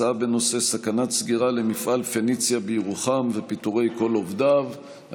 הצעה בנושא: סכנת סגירה למפעל פניציה בירוחם ופיטורי כל עובדיו,